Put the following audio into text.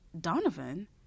Donovan